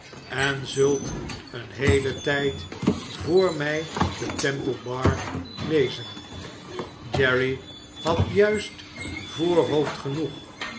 en zult een heelen tijd voor mij te temple bar wezen jerry had juist voorhoofd genoeg